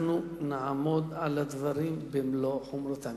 אנחנו נעמוד על הדברים במלוא חומרתם.